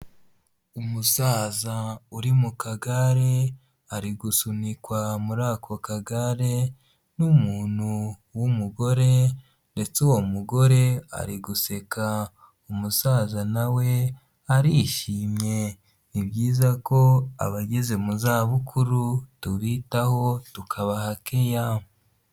Umusaza uri mu kagare ari gusunikwa muri ako kagare n'umuntu wumugore ndetse uwo mugore ari guseka, umusaza nawe arishimye, ni byiza ko abageze mu za bukuru tubitaho tukabaha keya.